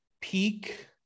peak